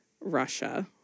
Russia